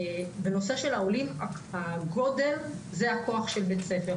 בנושא של העולים הגודל זה הכוח של בית הספר.